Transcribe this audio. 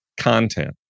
content